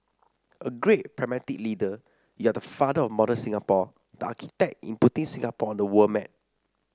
a great pragmatic leader you are the father of modern Singapore the architect in putting Singapore on the world map